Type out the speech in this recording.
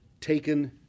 taken